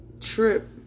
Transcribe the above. Trip